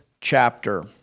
chapter